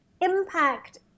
impact